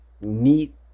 neat